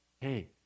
Hey